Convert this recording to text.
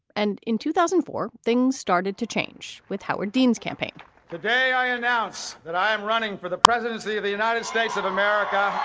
and in two thousand and four, things started to change with howard dean's campaign today, i announce that i'm running for the presidency of the united states of america